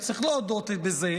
וצריך להודות בזה,